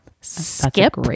Skip